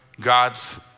God's